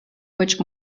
which